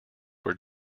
were